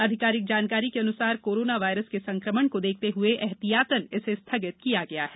आधिकारिक जानकारी के अनुसार कोरोना वायरस के संकमण को देखते हुए एहतियातन इसे स्थगित किया गया है